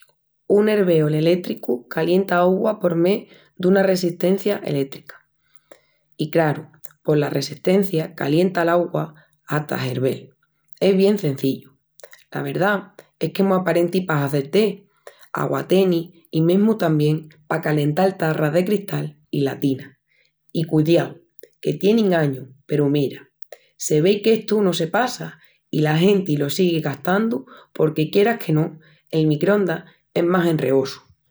Un herveol elétricu calienta augua por mé duna ressestencia elétrica. I, craru, pos la ressestencia calienta l'augua hata hervel, es bien cenzillu. La verdá es que mu aparenti pa hazel té, aguatenis i mesmu tamién pa calental tarras de cristal i latinas. I cudiau que tienin añus peru, mira, se vei qu'estu no se passa i la genti lo sigui gastandu porque, quieras que no, el microndas es más enreosu.